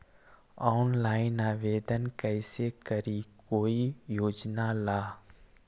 Online आवेदन कैसे करी कोई योजना ला?